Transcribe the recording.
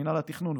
מינהל התכנון,